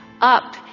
up